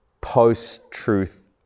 post-truth